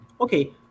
Okay